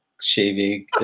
shaving